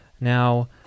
Now